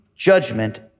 judgment